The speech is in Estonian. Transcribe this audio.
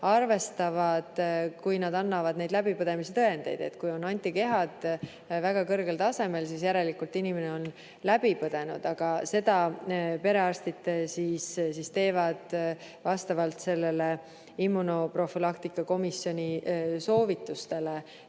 arvestavad, kui nad annavad läbipõdemise tõendeid. Kui antikehad on väga kõrgel tasemel, siis järelikult inimene on läbi põdenud. Seda teevad perearstid vastavalt immunoprofülaktika komisjoni soovitustele,